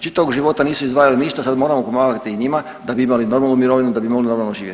Čitavog života nisu izdvajali ništa, sad moramo pomagati i njima da bi imali normalnu mirovinu, da bi mogli normalno živjeti.